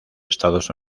estados